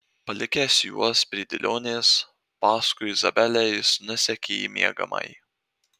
palikęs juos prie dėlionės paskui izabelę jis nusekė į miegamąjį